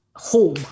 Home